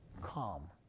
calm